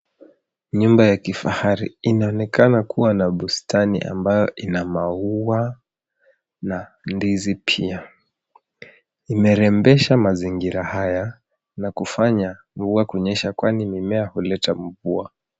Nyumba ya kifahari inaonekana kuwa na bustani ambayo ina maua na ndizi pia. Imerembeza mazingira haya, na kufanya mvua kunyesha kwani mimea huleta mvua.